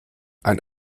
ein